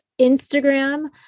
Instagram